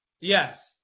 Yes